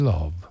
Love